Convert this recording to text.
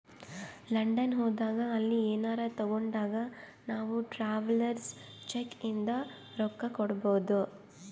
London ಹೋದಾಗ ಅಲ್ಲಿ ಏನರೆ ತಾಗೊಂಡಾಗ್ ನಾವ್ ಟ್ರಾವೆಲರ್ಸ್ ಚೆಕ್ ಇಂದ ರೊಕ್ಕಾ ಕೊಡ್ಬೋದ್